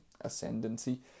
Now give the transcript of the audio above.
ascendancy